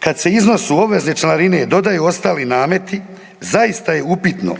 Kada se iznosu obvezne članarine dodaju ostali nameti zaista je upitno